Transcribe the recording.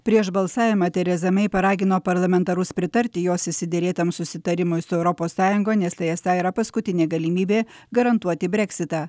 prieš balsavimą tereza mei paragino parlamentarus pritarti jos išsiderėtam susitarimui su europos sąjunga nes tai esą yra paskutinė galimybė garantuoti breksitą